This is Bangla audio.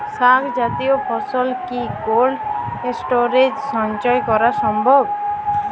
শাক জাতীয় ফসল কি কোল্ড স্টোরেজে সঞ্চয় করা সম্ভব?